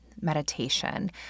meditation